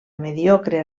mediocre